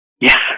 Yes